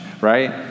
Right